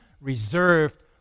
reserved